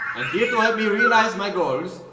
and here to help me realize my goals,